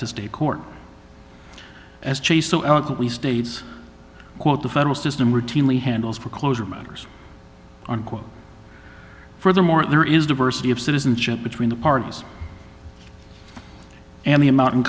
to state court as chief so eloquently states quote the federal system routinely handles for closure matters unquote furthermore there is diversity of citizenship between the parties and the amount